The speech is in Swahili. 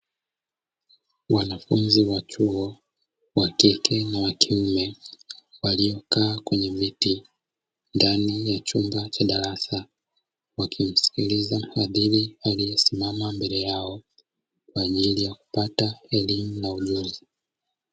Wanafunzi wa chuo wa kike na wa kiume waliokaa kwenye viti ndani ya chumba cha darasa wakimsikiliza mwalimu aliyesimama mbele yao kwa ajili ya kupata elimu na ujuzi.